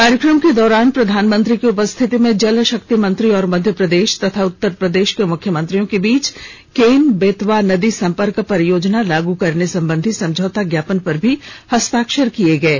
कार्यक्रम के दौरान प्रधानमंत्री की उपस्थिति में जल शक्ति मंत्री और मध्य प्रदेश तथा उत्तर प्रदेश के मुख्यमंत्रियों के बीच केन बेतवा नदी संपर्क परियोजना लागू करने संबंधी समझौता ज्ञापन पर भी हस्ताक्षर किए गये